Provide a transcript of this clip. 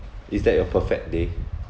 is that your perfect day